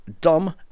dumb